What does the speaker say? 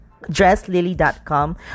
dresslily.com